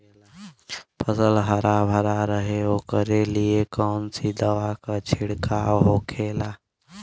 फसल हरा भरा रहे वोकरे लिए कौन सी दवा का छिड़काव होखेला?